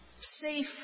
safe